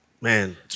man